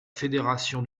fédération